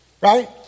Right